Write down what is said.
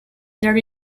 there